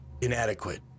inadequate